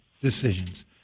decisions